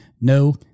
No